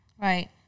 Right